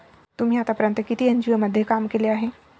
तुम्ही आतापर्यंत किती एन.जी.ओ मध्ये काम केले आहे?